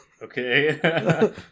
Okay